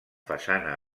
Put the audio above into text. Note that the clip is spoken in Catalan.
façana